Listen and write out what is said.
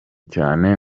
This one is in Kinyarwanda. cyane